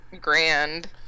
grand